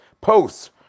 posts